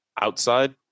outside